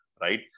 right